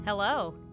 Hello